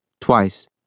Twice